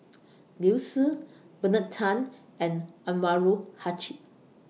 Liu Si Bernard Tan and Anwarul Haque